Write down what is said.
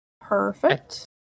Perfect